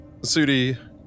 Sudi